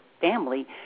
family